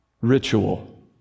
ritual